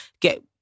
get